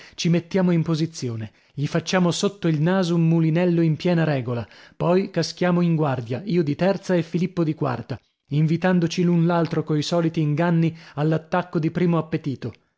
ci mettiamo in posizione gli facciamo sotto il naso un mulinello in piena regola poi caschiamo in guardia io di terza e filippo di quarta invitandoci l'un l'altro coi soliti inganni all'attacco di primo appetito